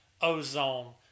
Ozone